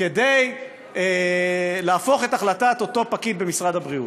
כדי להפוך את החלטת אותו פקיד במשרד הבריאות.